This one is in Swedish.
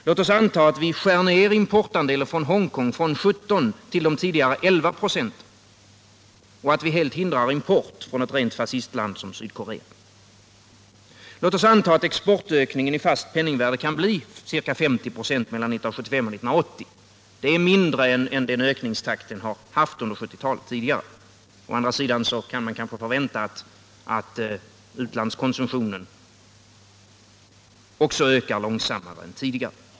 Låt oss anta att vi skär ner importandelen från Hongkong från 17 till de tidigare 11 procenten och att vi helt hindrar import från ett rent fascistland som Sydkorea. Låt oss vidare anta att exportökningen i fast penningvärde kan bli ca 50 8 mellan 1975 och 1980. Det är mindre än ökningstakten hittills under 1970-talet. Å andra sidan kan man kanske förvänta att också utlandskonsumtionen ökar långsammare än tidigare.